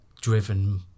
driven